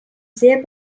sehr